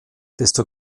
desto